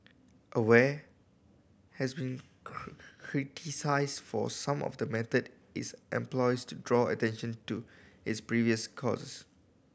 aware has been criticised for some of the method its employs to draw attention to its previous causes